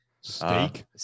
steak